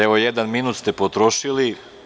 Jedan minut ste potrošili.